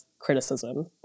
criticism